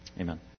Amen